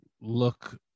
look